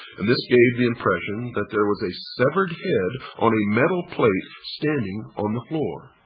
and this gave the impression that there was a severed head on a metal plate standing on the floor.